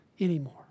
anymore